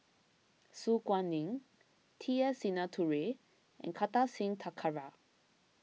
Su Guaning T S Sinnathuray and Kartar Singh Thakral